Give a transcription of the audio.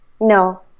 No